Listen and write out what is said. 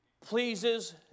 pleases